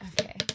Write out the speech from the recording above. Okay